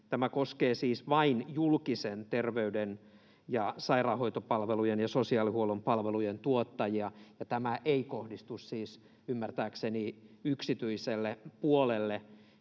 tämä koskee siis vain julkisten terveyden- ja sairaanhoitopalvelujen ja sosiaalihuollon palvelujen tuottajia ja tämä ei kohdistu, ymmärtääkseni, yksityiselle puolelle.